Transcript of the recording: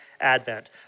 Advent